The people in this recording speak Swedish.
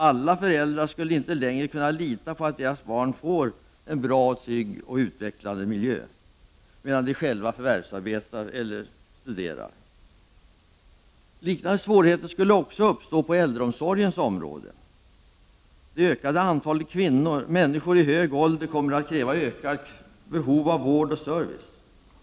Alla föräldrar skulle inte längre kunna lita på att deras barn får vara i en trygg och utvecklande miljö medan de själva förvärvsarbetar eller studerar. Liknande svårigheter skulle också uppstå på äldreomsorgens område. Det ökade antalet människor i hög ålder kommer att kräva ökat behov av vård och service.